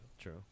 True